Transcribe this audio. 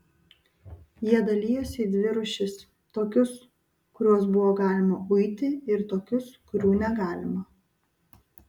jie dalijosi į dvi rūšis tokius kuriuos buvo galima uiti ir tokius kurių negalima